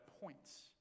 points